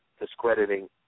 discrediting